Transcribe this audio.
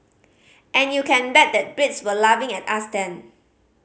and you can bet that Brits were laughing at us then